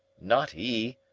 not e.